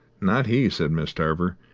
not he, said miss tarver.